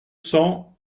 cents